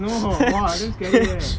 no !wah! damn scary leh